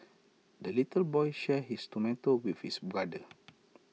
the little boy shared his tomato with his brother